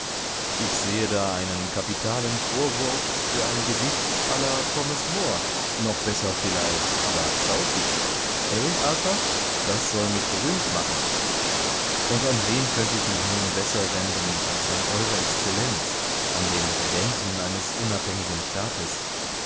ich sehe da einen kapitalen vorwurf für ein gedicht la thomas moore noch besser vielleicht la southey he arthur das soll mich berühmt machen und an wen könnte ich mich nun besser wenden als an eure exzellenz an den regenten eines unabhängigen staates